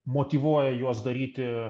motyvuoja juos daryti